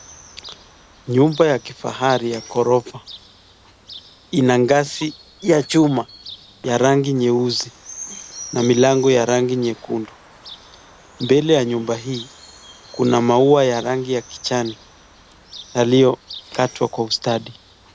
Nyumba ya kifahari ya ghorofa ina ngazi ya chuma ya rangi nyeusi na milango ya rangi nyekundu, mbele ya nyumba hii kuna maua ya rangi ya kijani yaliyokatwa kwa ustadi.